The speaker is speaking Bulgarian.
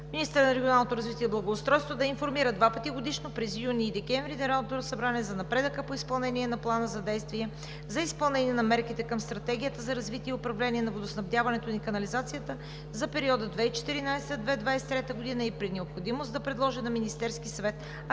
„Министърът на регионалното развитие и благоустройството да информира два пъти годишно – през юни и декември – Народното събрание за напредъка по изпълнение на Плана за действие за изпълнение на мерките към Стратегията за развитие и управление на водоснабдяването и канализацията за периода 2014 – 2023 г., и при необходимост да предложи на Министерския съвет актуализация